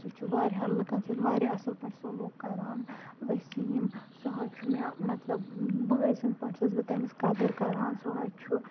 سُہ چھُ واریاہن لُکَن سۭتۍ واریاہ اصل پٲٹھۍ سلوٗک کَران أسۍ یِم سُہ حظ چھُ مےٚ مَطلَب بٲے سٔنٛدۍ پٲٹھۍ چھَس بہٕ تٔمِس قدر کَران سُہ حظ چھُ